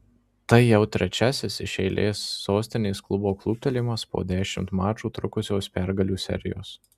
tai jau trečiasis iš eilės sostinės klubo kluptelėjimas po dešimt mačų trukusios pergalių serijos